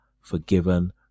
forgiven